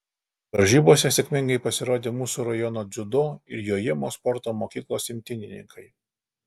varžybose sėkmingai pasirodė mūsų rajono dziudo ir jojimo sporto mokyklos imtynininkai